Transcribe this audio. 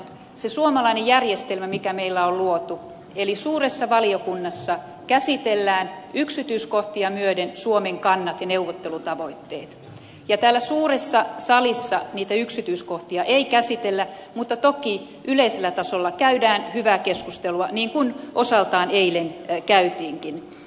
se suomalainen järjestelmä mikä meillä on luotu eli suuressa valiokunnassa käsitellään yksityiskohtia myöten suomen kannat ja neuvottelutavoitteet ja täällä suuressa salissa niitä yksityiskohtia ei käsitellä mutta toki yleisellä tasolla käydään hyvää keskustelua niin kuin osaltaan eilen käytiinkin